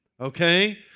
Okay